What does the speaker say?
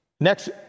Next